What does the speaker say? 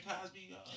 Cosby